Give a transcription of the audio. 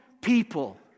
people